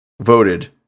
voted